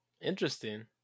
Interesting